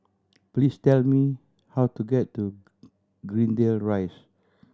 please tell me how to get to Greendale Rise